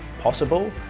possible